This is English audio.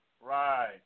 Right